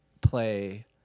play